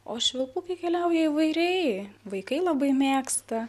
o švilpukai keliauja įvairiai vaikai labai mėgsta